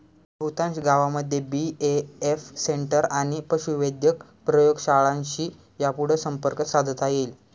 बहुतांश गावांमध्ये BAF centre आणि पशुवैद्यक प्रयोगशाळांशी यापुढं संपर्क साधता येईल